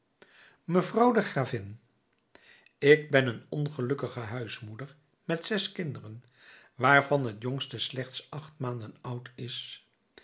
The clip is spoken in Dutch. mevrouw de gravin ik ben een ongelukkige huismoeder met zes kinderen waarvan het jongste slechts acht maanden oud is